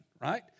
right